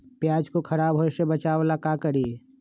प्याज को खराब होय से बचाव ला का करी?